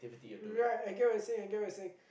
right I get what you're saying I get what you're saying